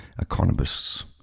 economists